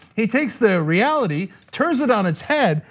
he takes the reality, turns it on its head,